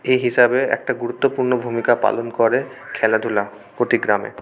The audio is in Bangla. এই হিসাবে একটা গুরুত্বপূর্ণ ভূমিকা পালন করে খেলাধুলা প্রতি গ্রামে